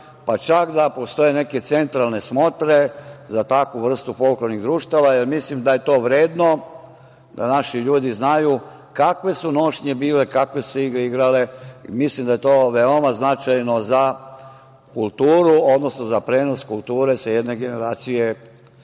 pa čak da postoje neke centralne smotre za takvu vrstu folklornih društava, jer mislim da je vredno da naši ljudi znaju kakve su nošnje bile, kakve su se igre igrale. Mislim da je to veoma značajno za kulturu, odnosno za prenos kulture sa jedne generacije na